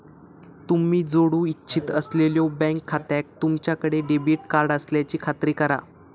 तुम्ही जोडू इच्छित असलेल्यो बँक खात्याक तुमच्याकडे डेबिट कार्ड असल्याची खात्री करा